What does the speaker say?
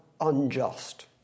unjust